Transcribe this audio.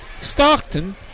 Stockton